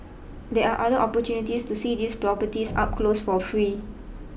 there are other opportunities to see these properties up close for free